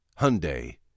Hyundai